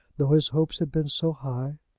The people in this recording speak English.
though his hopes had been so high!